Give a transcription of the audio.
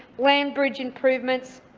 land bridge improvements